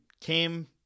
came